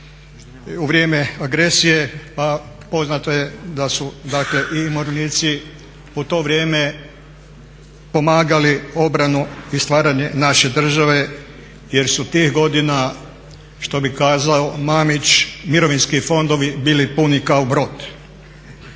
u vrijeme agresije, pa poznato je da su, dakle i umirovljenici u to vrijeme pomagali obranu i stvaranje naše države jer su tih godina što bi kazao Mamić mirovinski fondovi bili puni kao brod.